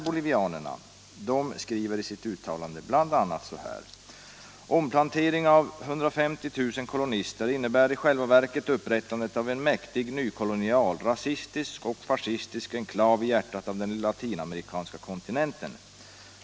Bolivianerna skriver i sitt uttalande bl.a. så här: ”Omplanteringen av 150 tusen kolonister innebär i själva verket upprättandet av en mäktig nykolonial, rasistisk och fascistisk enklav i hjärtat av den latinamerikanska kontinenten.